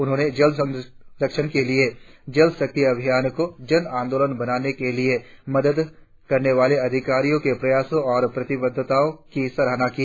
उन्होंने जल संरक्षण के लिए जल शक्ति अभियान को जनांदोलन बनाने में मदद करने वाले अधिकारियों के प्रयासों और प्रतिबद्धताओं की सराहना की